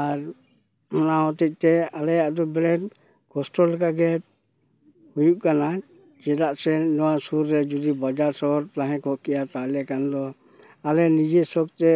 ᱟᱨ ᱱᱚᱣᱟ ᱦᱚᱛᱮᱡ ᱛᱮ ᱟᱞᱮᱭᱟᱜ ᱫᱚ ᱵᱮᱲᱮ ᱠᱚᱥᱴᱚ ᱞᱮᱠᱟᱜᱮ ᱦᱩᱭᱩᱜ ᱠᱟᱱᱟ ᱪᱮᱫᱟᱜ ᱥᱮ ᱱᱚᱣᱟ ᱥᱩᱨ ᱨᱮ ᱡᱩᱫᱤ ᱵᱟᱡᱟᱨ ᱥᱚᱦᱚᱨ ᱛᱟᱦᱮᱸᱠᱚᱜ ᱠᱮᱭᱟ ᱛᱟᱦᱞᱮ ᱠᱷᱟᱱ ᱫᱚ ᱟᱞᱮ ᱱᱤᱡᱮᱠ ᱥᱚᱠ ᱛᱮ